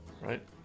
Right